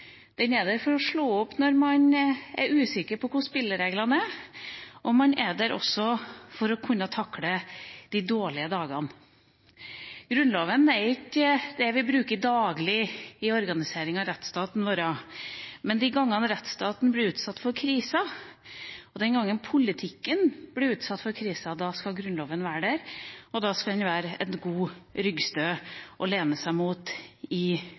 den er der for å slå opp når man er usikker på hvordan spillereglene er, og den er der også for at vi skal kunne takle de dårlige dagene. Grunnloven bruker vi ikke daglig i organiseringa av rettsstaten vår, men de gangene rettsstaten blir utsatt for kriser, og de gangene politikken er utsatt for kriser, skal Grunnloven være der, og da skal den være et godt ryggstø å lene seg mot i